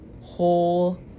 whole